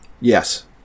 Yes